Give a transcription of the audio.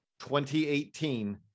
2018